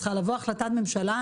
צריכה לבוא החלטת ממשלה.